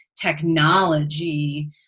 technology